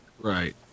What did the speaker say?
Right